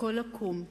הכול עקום,